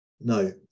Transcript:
no